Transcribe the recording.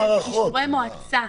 אישור מועצה.